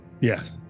Yes